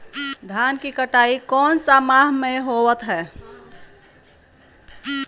धान की कटाई कौन सा माह होता है?